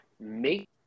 Make